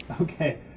Okay